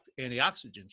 antioxidants